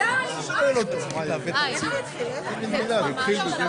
(הישיבה נפסקה בשעה 09:55 ונתחדשה בשעה